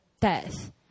death